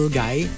guy